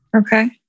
Okay